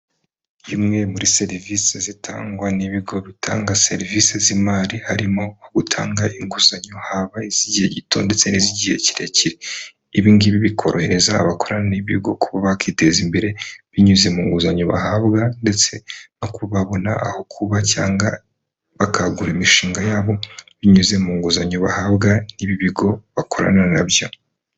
Imwe muri serivisi zitangwa n'ibigo bitanga serivisi z'imari, harimo gutanga inguzanyo haba iz'igihe gito ndetse n'iz'igihe kirekire, ibingibi bikorohereza abakorana n'ibigo kuba bakiteza imbere binyuze mu nguzanyo bahabwa ndetse no kubabona aho kuba cyangwa bakagura imishinga yabo binyuze mu nguzanyo bahabwa n'ibi bigo bakorana nabyo.